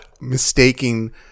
mistaking